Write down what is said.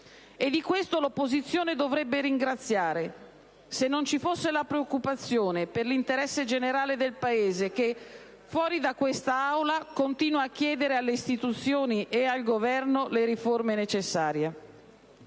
e di questo l'opposizione dovrebbe ringraziare, se non ci fosse la preoccupazione per l'interesse generale del Paese, che fuori da quest'Aula continua a chiedere alle istituzioni e al Governo le riforme necessarie.